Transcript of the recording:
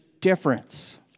difference